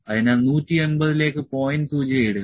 അതിനാൽ 180 ലേക്ക് പോയിന്റ് സൂചിക ഇടുക